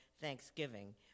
Thanksgiving